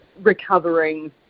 recovering